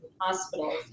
hospitals